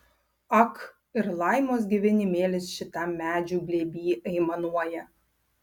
ak ir laimos gyvenimėlis šitam medžių glėby aimanuoja